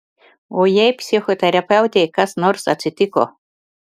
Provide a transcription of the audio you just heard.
o jei psichoterapeutei kas nors atsitiko